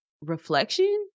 reflection